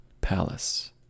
Palace